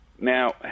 Now